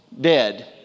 dead